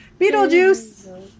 Beetlejuice